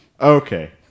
Okay